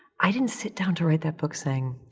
i didn't sit down to write that book saying,